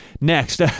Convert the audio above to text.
next